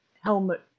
helmet